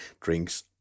drinks